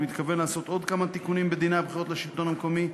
אני מתכוון לעשות עוד כמה תיקונים בדיני הבחירות לשלטון המקומי,